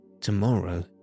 Tomorrow